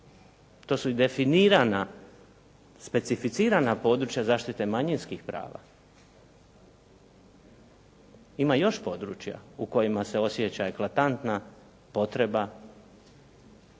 To su definirana specificirana područja zaštite manjinskih prava. Ima još područja u kojima se osjeća eklatantna potreba